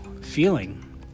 feeling